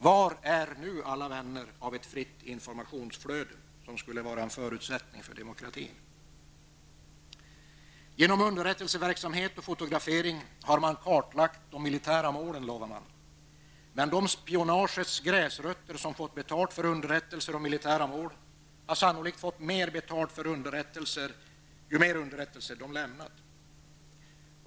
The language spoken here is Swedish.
Var är nu alla vänner av ett fritt informationsflöde, som skulle vara en förutsättning för demokrati? Genom underrättelseverksamhet och fotografering har man kartlagt de militära målen, lovar man. Men de spionagets gräsrötter som fått betalt för underrättelserna om militära mål har sannolikt fått mer betalt ju fler underrättelser de lämnat.